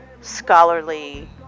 scholarly